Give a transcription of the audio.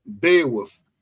Beowulf